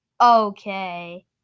Okay